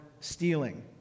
stealing